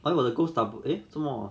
!aiyo! 我的 ghost double eh 这么